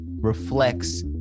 reflects